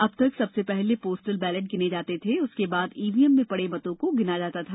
अब तक सबसे पहले पोस्टल बैलेट गिने जाते थे उसके बाद ईवीएम में पड़े मतों को गिना जाता था